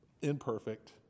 imperfect